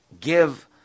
give